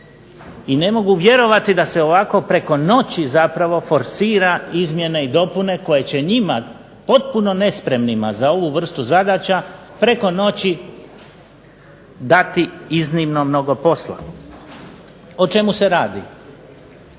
i ne mogu vjerovati da se ovako preko noći forsira izmjene i dopune koje će njima potpuno nespremnima za ovu vrstu zadaća preko noći dati iznimno mnogo posla. O čemu se radi?